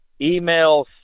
Emails